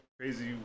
crazy